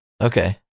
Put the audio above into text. Okay